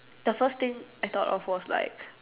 the first thing I though of was like